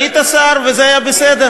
אני הצבעתי, היית שר וזה היה בסדר.